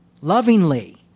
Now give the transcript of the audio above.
lovingly